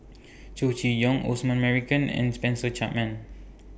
Chow Chee Yong Osman Merican and Spencer Chapman